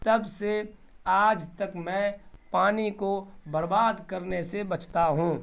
تب سے آج تک میں پانی کو برباد کرنے سے بچتا ہوں